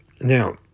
Now